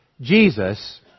Jesus